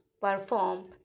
perform